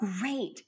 great